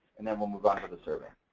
and then we'll move on to the survey.